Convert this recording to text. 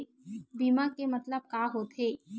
बीमा के मतलब का होथे?